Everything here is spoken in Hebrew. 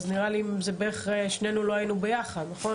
אז נראה לי בערך שנינו לא היינו ביחד נכון?